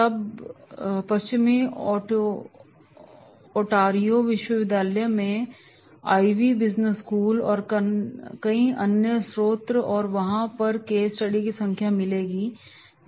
तब पश्चिमी ओंटारियो विश्वविद्यालय में आईवये बिजनेस स्कूल और कई अन्य स्रोत हैं और वहाँ पर केस स्टडी की संख्या मिलेगी